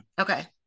Okay